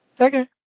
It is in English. Okay